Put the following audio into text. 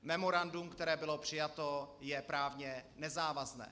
Memorandum, které bylo přijato, je právně nezávazné.